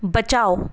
बचाओ